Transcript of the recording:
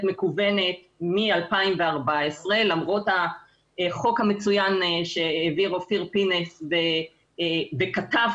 מקוונת מ-2014 למרות החוק המצוין שהעביר אופיר פינס וכתב,